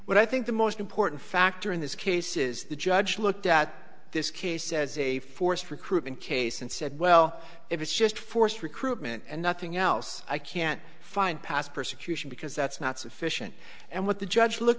what i think the most important factor in this case is the judge looked at this case as a forced recruitment case and said well if it's just forced recruitment and nothing else i can't find past persecution because that's not sufficient and what the judge look